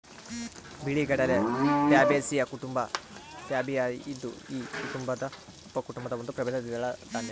ಬಿಳಿಗಡಲೆ ಪ್ಯಾಬೇಸಿಯೀ ಕುಟುಂಬ ಪ್ಯಾಬಾಯ್ದಿಯಿ ಉಪಕುಟುಂಬದ ಒಂದು ಪ್ರಭೇದ ದ್ವಿದಳ ದಾನ್ಯ